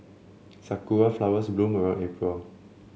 sakura flowers bloom around April